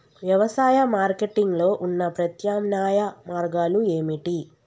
వ్యవసాయ మార్కెటింగ్ లో ఉన్న ప్రత్యామ్నాయ మార్గాలు ఏమిటి?